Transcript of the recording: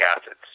acids